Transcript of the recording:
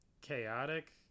chaotic